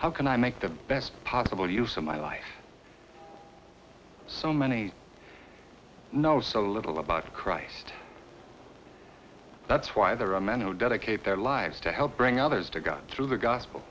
how can i make the best possible use of my life so many know so little about christ that's why there are men who dedicate their lives to help bring others to god through the gospel